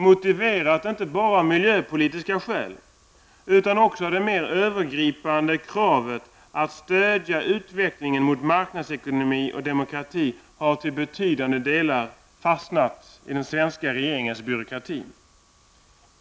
motiverat inte bara av miljöpolitiska skäl utan också av det mer övergripande kravet på att stödja utvecklingen mot marknadsekonomi och demokrati -- har till betydande delar fastnat i den svenska regeringens byråkrati.